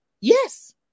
Yes